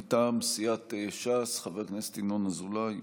מטעם סיעת ש"ס, חבר הכנסת ינון אזולאי,